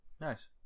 Nice